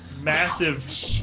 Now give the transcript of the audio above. massive